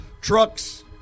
trucks